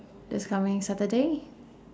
this coming saturday